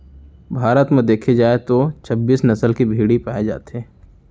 भारत म देखे जाए तो छब्बीस नसल के भेड़ी पाए जाथे